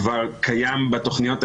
כבר קיים בתכניות עצמן.